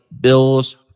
Bills